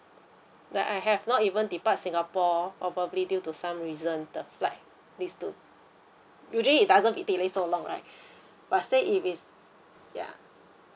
that I have not even depart singapore probably due to some reason the flight needs to today it doesn't delay so long right but still if it's yeah